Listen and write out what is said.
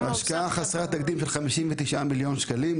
השקעה חסרת תקדים, 59 מיליון שקלים.